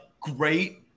great